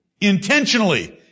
Intentionally